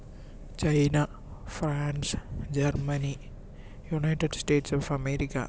China France Germany United States of America